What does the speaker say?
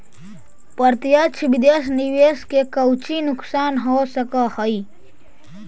प्रत्यक्ष विदेश निवेश के कउची नुकसान हो सकऽ हई